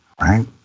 Right